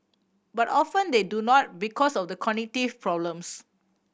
but often they do not because of the cognitive problems